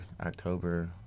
October